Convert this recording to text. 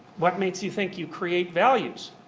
what makes you think you create values?